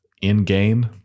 in-game